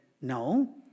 no